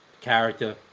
character